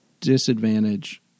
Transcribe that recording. disadvantage